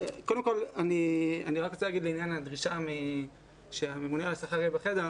אני רוצה לומר לעניין הדרישה שהממונה על השכר יהיה בחדר.